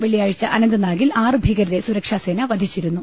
വെള്ളിയാഴ്ച അനന്ത് നാഗിൽ ആറു ഭീകരരെ സുരക്ഷാസേന വധിച്ചിരുന്നു